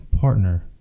partner